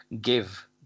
give